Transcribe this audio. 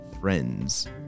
friends